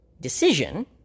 decision